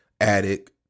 attic